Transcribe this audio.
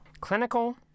clinical